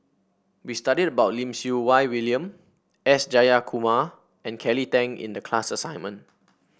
we studied about Lim Siew Wai William S Jayakumar and Kelly Tang in the class assignment